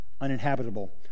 uninhabitable